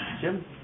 Jim